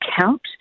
count